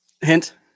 Hint